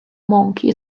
monkey